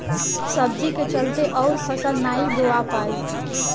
सब्जी के चलते अउर फसल नाइ बोवा पाई